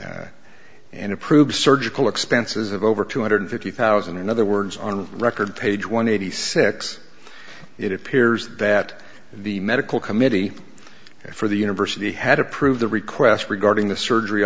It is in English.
been and approved surgical expenses of over two hundred fifty thousand and other words on the record page one eighty six it appears that the medical committee for the university had approved the request regarding the surgery